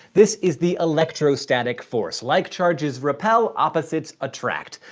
this is the electrostatic force. like charges repel, opposites attract,